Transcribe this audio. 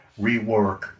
rework